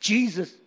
Jesus